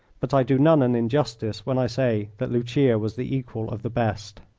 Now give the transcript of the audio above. but i do none an injustice when i say that lucia was the equal of the best.